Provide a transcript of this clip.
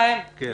חיים ביבס,